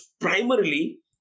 Primarily